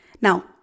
Now